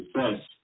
success